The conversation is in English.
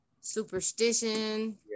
superstition